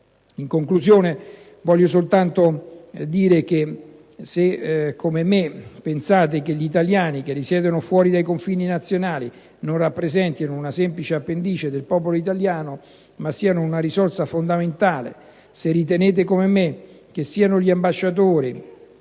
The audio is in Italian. In conclusione, voglio soltanto dire che se - come me - pensate che gli italiani che risiedono fuori dai confini nazionali non rappresentino una semplice appendice del popolo italiano ma siano una risorsa fondamentale; se ritenete - come me - che siano gli ambasciatori